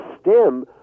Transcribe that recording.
stem